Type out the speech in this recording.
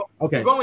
Okay